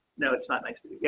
now it's not nice yeah